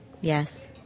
Yes